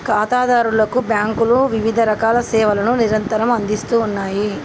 ఖాతాదారులకు బ్యాంకులు వివిధరకాల సేవలను నిరంతరం అందిస్తూ ఉన్నాయి